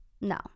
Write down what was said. No